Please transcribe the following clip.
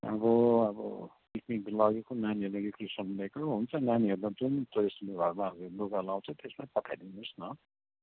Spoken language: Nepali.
अब अब